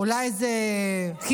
אולי זה חיזבאללה?